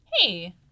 Hey